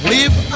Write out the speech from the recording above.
Live